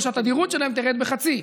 או שהתדירות שלהם תרד בחצי.